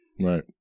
Right